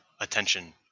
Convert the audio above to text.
attention